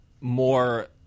more